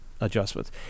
adjustments